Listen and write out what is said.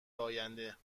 آینده